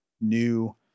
new